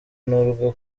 n’urwo